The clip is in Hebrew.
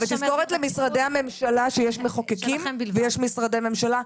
ותזכורת למשרדי הממשלה שיש מחוקקים ויש משרדי ממשלה.